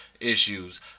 issues